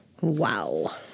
Wow